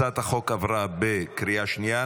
הצעת החוק עברה בקריאה השנייה.